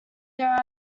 there